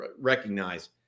recognize